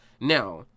Now